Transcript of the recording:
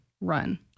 run